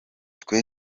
twe